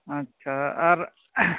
ᱟᱪᱷᱟ ᱟᱨ